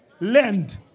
Land